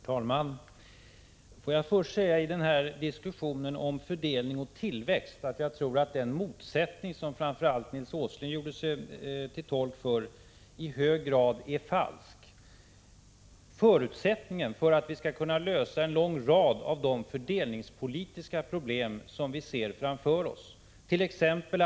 Herr talman! Får jag först, i diskussionen om fördelning och tillväxt, säga att jag tror att den motsättning som framför allt Nils G. Åsling gjorde sig till tolk för i hög grad är falsk. Förutsättningen för att vi skall kunna lösa en lång rad av de fördelningspolitiska problem som vi ser framför oss —t.ex.